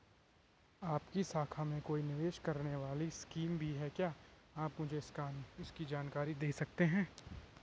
आपकी शाखा में कोई निवेश करने वाली स्कीम भी है क्या आप मुझे इसकी जानकारी दें सकते हैं?